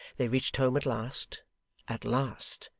they reached home at last at last,